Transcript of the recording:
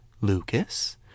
Lucas